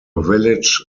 village